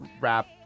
rap